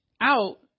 out